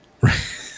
Right